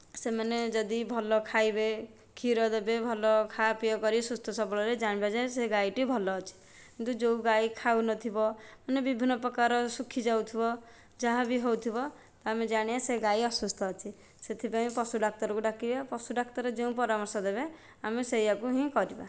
ସେମାନେ ଯଦି ଭଲ ଖାଇବେ କ୍ଷୀର ଦେବେ ଭଲ ଖାଆ ପିଆ କରି ସୁସ୍ଥ ସବଳରେ ଜାଣିବା ଯେ ସେ ଗାଈଟି ଭଲ ଅଛି କିନ୍ତୁ ଯେଉଁ ଗାଈ ଖାଉ ନଥିବ ମାନେ ବିଭିନ୍ନ ପ୍ରକାର ସୁଖୀ ଯାଉଥିବ ଯାହାବି ହେଉଥିବ ଆମେ ଜାଣିବା ସେ ଗାଈ ଅସୁସ୍ଥ ଅଛି ସେଥିପାଇଁ ପଶୁ ଡାକ୍ତରକୁ ଡାକିବା ପଶୁ ଡାକ୍ତର ଯେଉଁ ପରାମର୍ଶ ଦେବେ ଆମେ ସେୟାକୁ ହିଁ କରିବା